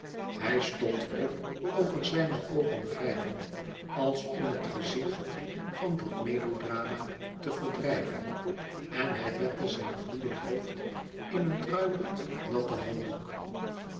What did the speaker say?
hij stond op over zijne oogen wrijvend als om het gezicht van dat melodrama te verdrijven en hij bette zijn gloeiend hoofd in een druipend natten handdoek